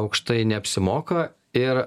aukštai neapsimoka ir